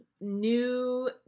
new